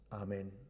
Amen